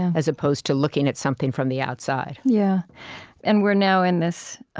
as opposed to looking at something from the outside yeah and we're now in this